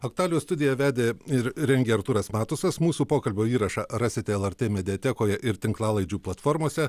aktualijų studiją vedė ir rengė artūras matusas mūsų pokalbio įrašą rasite lrt mediatekoje ir tinklalaidžių platformose